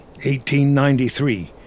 1893